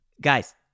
guys